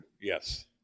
Yes